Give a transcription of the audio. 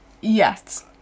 Yes